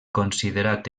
considerat